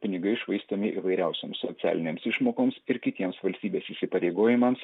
pinigai švaistomi įvairiausioms socialinėms išmokoms ir kitiems valstybės įsipareigojimams